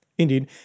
Indeed